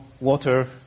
water